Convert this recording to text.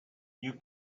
you